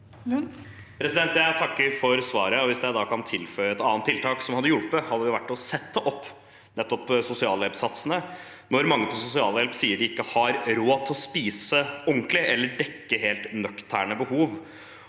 Jeg takker for svaret. Hvis jeg kan tilføye et annet tiltak som hadde hjulpet, hadde det vært å sette opp nettopp sosialhjelpssatsene, når mange på sosialhjelp sier de ikke har råd til å spise ordentlig eller dekke helt nøkterne behov.